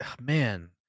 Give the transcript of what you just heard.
man